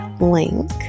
link